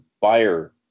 buyer